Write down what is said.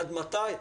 עד מתי?